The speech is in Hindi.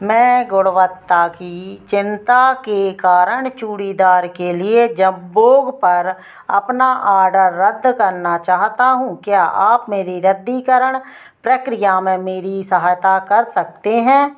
मैं गुणवत्ता की चिंता के कारण चूड़ीदार के लिए जंबोग पर अपना आर्डर रद्द करना चाहता हूँ क्या आप मेरी रद्दीकरण प्रक्रिया में मेरी सहायता कर सकते हैं